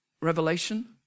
Revelation